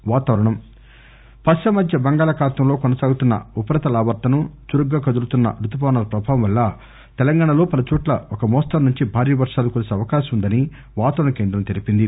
వాతావరణం పశ్చిమ మధ్య బంగాళాఖాతం లో కొనసాగుతున్న ఉపరిత ఆవర్తనం చురుగ్గా కదులుతున్న రుతుపవనాల ప్రభావం వల్ల తెలంగాణా లో పలుచోట్ల ఒక మోస్తరు నుంచి భారీ వర్షాలు కురిసే అవకాశం ఉందని వాతావరణ కేంద్రం తెలిపింది